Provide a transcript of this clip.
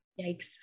Yikes